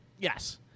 Yes